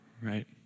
Right